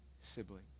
sibling